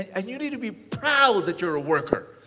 and you need to be proud that you're a worker.